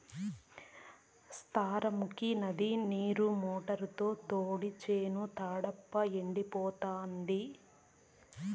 సార్నముకీ నది నీరు మోటారుతో తోడి చేను తడపబ్బా ఎండిపోతాంది